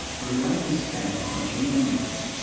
her life is spent crunching numbers.